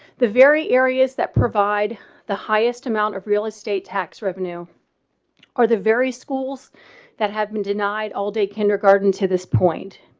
the very areas that provide the highest amount of real estate tax revenue or the very schools that have been denied all day kindergarten to this point.